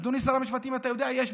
אדוני שר המשפטים, יש בג"ץ